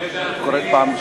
ילדים,